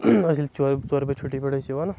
أسۍ ژور ژور بَجہِ چھُٹی پؠٹھ ٲسۍ یِوَان